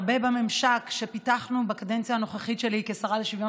הרבה בממשק שפיתחנו בקדנציה הנוכחית שלי בתור שרה לשוויון